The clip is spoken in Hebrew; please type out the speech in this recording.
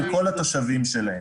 על כל התושבים שלה.